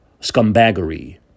scumbaggery